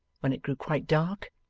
when it grew quite dark,